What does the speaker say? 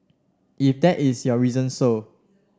if that is your reason so